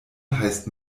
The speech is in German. heißt